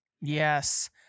Yes